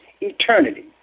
eternity